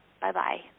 Bye-bye